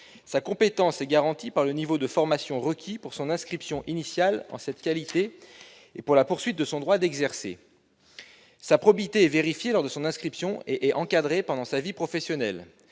aux comptes est garantie par le niveau de formation requis pour son inscription initiale en cette qualité et pour la poursuite de son droit d'exercer. Sa probité et vérifiée lors de son inscription et encadrée pendant sa vie professionnelle.